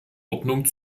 ordnung